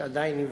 שעדיין נבדקים.